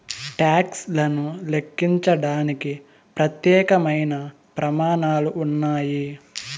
talks లను లెక్కించడానికి ప్రత్యేకమైన ప్రమాణాలు ఉన్నాయి